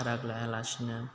राग लाया लासिनो